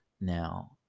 now